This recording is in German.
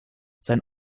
sein